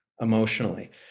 emotionally